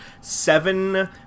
seven